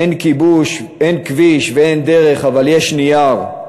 אין כיבוש, אין כביש ואין דרך, אבל יש נייר.